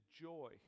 joy